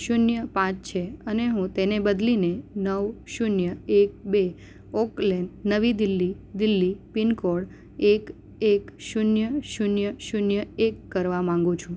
શૂન્ય પાંચ છે અને હું તેને બદલીને નવ શૂન્ય એક બે ઓક લેન નવી દિલ્હી દિલ્હી પિનકોડ એક એક શૂન્ય શૂન્ય શૂન્ય એક કરવા માંગુ છું